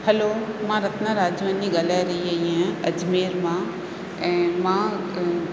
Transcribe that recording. hello मां रतना राजवानी ॻाल्हाए रही आहियां अजमेर मां ऐं मां